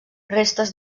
restes